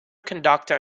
conductor